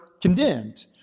condemned